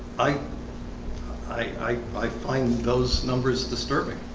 i i find those numbers disturbing